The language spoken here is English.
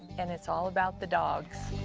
and it's all about the dogs.